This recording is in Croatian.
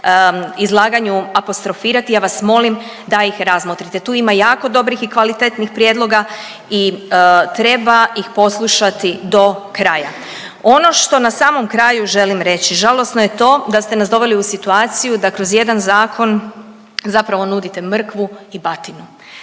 izlaganju apostrofirati, ja vas molim da ih razmotrite. Tu ima jako dobrih i kvalitetnih prijedloga i treba ih poslušati do kraja. Ono što na samom kraju želim reći, žalosno je to da ste nas doveli u situaciju da kroz jedan zakon zapravo nudite mrkvu i batinu.